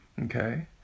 Okay